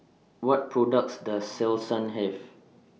What products Does Selsun Have